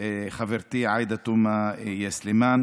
חברתי עאידה תומא סלימאן